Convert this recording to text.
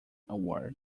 award